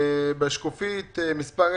בשקף מספר 10,